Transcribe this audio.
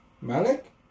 Malik